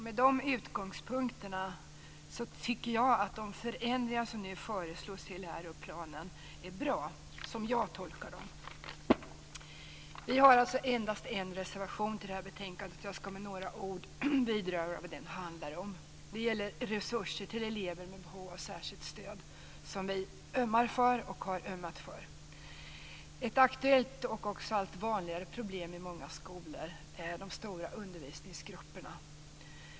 Med de utgångspunkterna tycker jag att de förändringar som nu föreslås i läroplanen är bra, som jag tolkar dem. Vi har endast en reservation i det här betänkandet. Jag skall med några ord vidröra vad den handlar om. Det gäller resurser till elever med behov av särskilt stöd som vi ömmar för och har ömmat för. Ett aktuellt och också allt vanligare problem i många skolor är de stora undervisningsgrupperna.